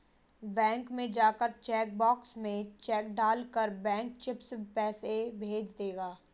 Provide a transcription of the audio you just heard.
bank में जाकर cheque box में चेक डाल कर बैंक चिप्स पैसे भेज देगा